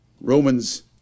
Romans